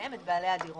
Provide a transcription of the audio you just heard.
בפניהם את בעלי הדירות.